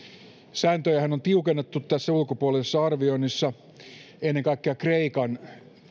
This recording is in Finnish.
sääntöjähän on tiukennettu tässä ulkopuolisessa arvioinnissa ennen kaikkea kreikan